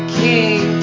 king